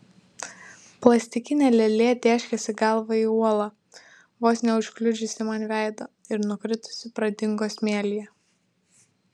plastikinė lėlė tėškėsi galva į uolą vos neužkliudžiusi man veido ir nukritusi pradingo smėlyje